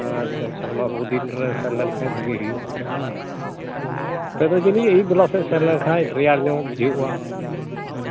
ᱟᱪᱪᱷᱟ ᱟᱪᱪᱷᱟ ᱚᱱᱟ ᱠᱚ ᱫᱤᱱ ᱨᱮ ᱥᱮᱱ ᱞᱮᱱᱠᱷᱟᱡ ᱵᱷᱟᱜᱮ ᱦᱩᱭᱩᱜᱼᱟ ᱚᱱᱛᱮ ᱵᱟᱝ ᱚᱱᱛᱮ ᱫᱚ ᱡᱟᱹᱱᱤᱡ ᱟᱹᱭᱩᱵ ᱵᱮᱞᱟ ᱥᱮᱜ ᱥᱮᱱ ᱞᱮᱱᱠᱷᱟᱡ ᱨᱮᱭᱟ ᱧᱚᱜ ᱵᱩᱡᱷᱟᱹᱜᱼᱟ